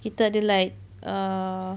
kita ada like err